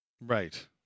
Right